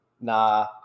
Nah